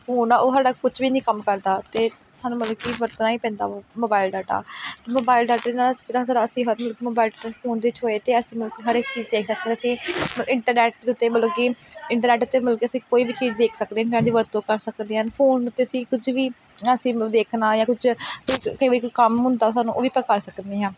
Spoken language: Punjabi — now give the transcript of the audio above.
ਫੋਨ ਆ ਉਹ ਸਾਡਾ ਕੁਛ ਵੀ ਨਹੀਂ ਕੰਮ ਕਰਦਾ ਅਤੇ ਸਾਨੂੰ ਮਤਲਬ ਕਿ ਵਰਤਣਾ ਹੀ ਪੈਂਦਾ ਵਾ ਮੋਬਾਇਲ ਡਾਟਾ ਮੋਬਾਇਲ ਡਾਟੇ ਦੇ ਨਾਲ ਜਿਹੜਾ ਸਾਰਾ ਅਸੀਂ ਮੋਬਾਇਲ ਫੋਨ ਦੇ ਵਿੱਚ ਹੋਏ ਅਤੇ ਮਤਲਬ ਕਿ ਹਰ ਇੱਕ ਚੀਜ਼ ਦੇਖ ਸਕਦੇ ਹਾਂ ਅਸੀਂ ਮਤਲਬ ਇੰਟਰਨੈਟ ਦੇ ਉੱਤੇ ਮਤਲਬ ਕਿ ਇੰਟਰਨੈਟ ਉੱਤੇ ਮਤਲਬ ਕਿ ਅਸੀਂ ਕੋਈ ਵੀ ਚੀਜ਼ ਦੇਖ ਸਕਦੇ ਇੰਟਰਨੈਟ ਦੀ ਵਰਤੋਂ ਕਰ ਸਕਦੇ ਹਨ ਫੋਨ 'ਤੇ ਅਸੀਂ ਕੁਝ ਵੀ ਅਸੀਂ ਦੇਖਣਾ ਜਾਂ ਕੁਛ ਕਈ ਵਾਰੀ ਕੋਈ ਕੰਮ ਹੁੰਦਾ ਸਾਨੂੰ ਉਹ ਵੀ ਆਪਾਂ ਕਰ ਸਕਦੇ ਹਾਂ